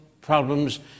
problems